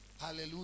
Hallelujah